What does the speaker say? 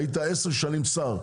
היית עשר שנים שר,